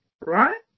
right